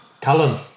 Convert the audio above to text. Callum